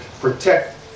protect